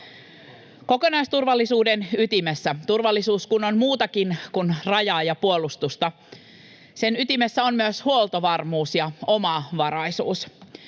Kokonaisturvallisuuden ytimessä — turvallisuus kun on muutakin kuin rajaa ja puolustusta — on myös huoltovarmuus ja omavaraisuus.